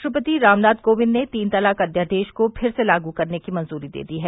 राष्ट्रपति रामनाथ कोविंद ने तीन तलाक अध्यादेश को फिर से लागू करने की मंजूरी दे दी है